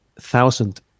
Thousand